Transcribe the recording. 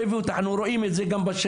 אנחנו גם רואים את זה בשטח.